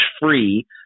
free